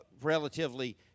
relatively